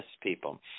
people